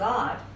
God